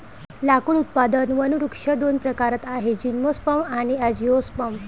लाकूड उत्पादक वनवृक्ष दोन प्रकारात आहेतः जिम्नोस्पर्म आणि अँजिओस्पर्म